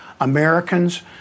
Americans